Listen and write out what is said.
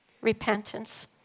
repentance